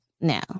now